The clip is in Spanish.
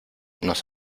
nos